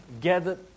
gathered